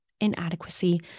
inadequacy